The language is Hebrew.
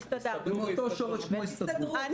זה מאותו שורש כמו "הסתדרות".